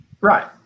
Right